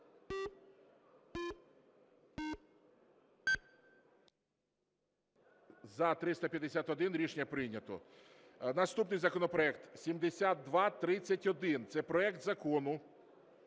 За-351 Рішення прийнято. Наступний законопроект 7231. Це проект Закону